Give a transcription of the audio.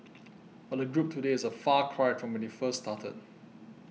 but the group today is a far cry from when it first started